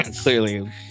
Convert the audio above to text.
Clearly